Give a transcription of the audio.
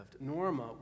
Norma